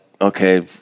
okay